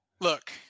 Look